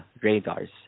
radars